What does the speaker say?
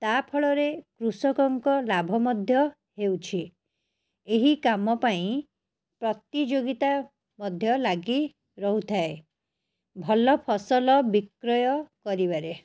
ତା ଫଳରେ କୃଷକଙ୍କ ଲାଭ ମଧ୍ୟ ହେଉଛି ଏହି କାମ ପାଇଁ ପ୍ରତିଯୋଗିତା ମଧ୍ୟ ଲାଗି ରହୁଥାଏ ଭଲ ଫସଲ ବିକ୍ରୟ କରିବାରେ